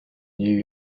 new